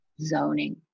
zoning